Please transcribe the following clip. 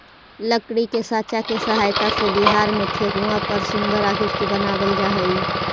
लकड़ी के साँचा के सहायता से बिहार में ठेकुआ पर सुन्दर आकृति बनावल जा हइ